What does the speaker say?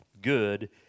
good